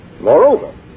Moreover